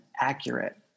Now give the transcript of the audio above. accurate